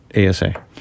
ASA